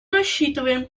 рассчитываем